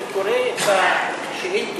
אני קורא את השאילתות,